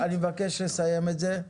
אני מבקש לסיים את זה.